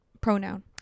pronoun